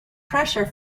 pressure